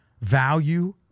value